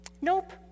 Nope